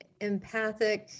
empathic